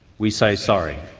we say sorry.